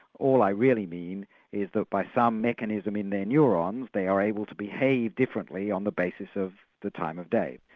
all i really mean is that by some mechanism in their neurons they are able to behave differently on the basis of the time of day.